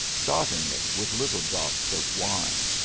dotting it with little drops of wine.